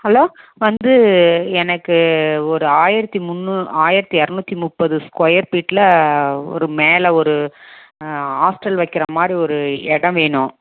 hello வந்து எனக்கு ஒரு ஆயிரத்து முன்னு ஆயிரத்து இரநூத்தி முப்பது ஸ்கொயர் ஃபீட்டில் ஒரு மேலே ஒரு ஹாஸ்ட்டல் வைக்கிற மாதிரி ஒரு இடம் வேணும்